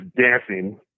dancing